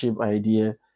idea